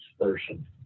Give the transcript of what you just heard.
person